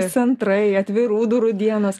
centrai atvirų durų dienos